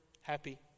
happy